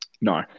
No